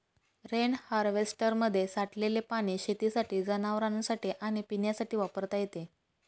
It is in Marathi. रेन हार्वेस्टरमध्ये साठलेले पाणी शेतीसाठी, जनावरांनासाठी आणि पिण्यासाठी वापरता येते